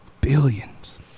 Billions